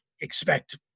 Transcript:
expect